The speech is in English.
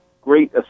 great